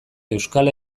euskal